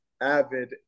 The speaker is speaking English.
avid